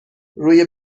روی